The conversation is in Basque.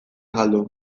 galdu